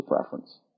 preference